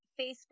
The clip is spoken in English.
Facebook